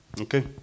Okay